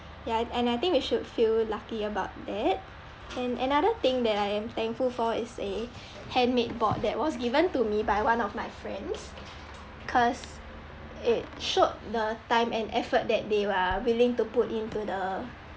ya and I think we should feel lucky about that and another thing that I am thankful for is a handmade board that was given to me by one of my friends cause it showed the time and effort that they are willing to put into the